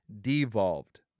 devolved